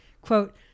Quote